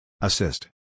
Assist